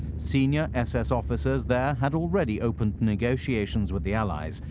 senior ss officers there had already opened negotiations with the allies,